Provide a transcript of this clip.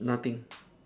nothing